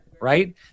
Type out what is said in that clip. Right